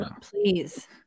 Please